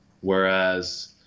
Whereas